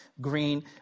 green